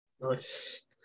Nice